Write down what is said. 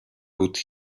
put